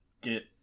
Get